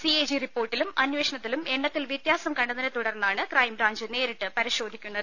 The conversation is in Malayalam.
സിഎജി റിപ്പോർട്ടിലും അന്വേഷണത്തിലും എണ്ണത്തിൽ വ്യത്യാസം കണ്ടെത്തിയതിനെ തുടർന്നാണ് ക്രൈംബ്രാഞ്ച് നേരിട്ട് പരിശോധിക്കുന്നത്